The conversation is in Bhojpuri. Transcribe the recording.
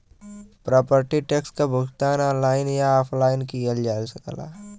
प्रॉपर्टी टैक्स क भुगतान ऑनलाइन या ऑफलाइन किहल जा सकला